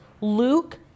Luke